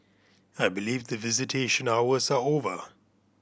I believe the visitation hours are over